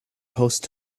post